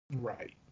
right